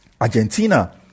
Argentina